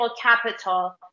capital